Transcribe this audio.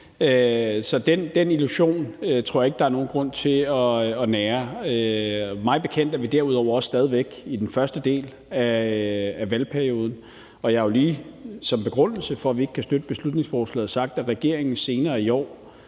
Så den illusion tror jeg ikke der er nogen grund til at nære. Derudover er vi mig bekendt også stadig væk i den første del af valgperioden, og jeg har jo lige som begrundelse for, at vi ikke kan støtte beslutningsforslaget, sagt, at regeringen senere i år,